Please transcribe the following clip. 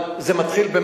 אבל זה מתחיל,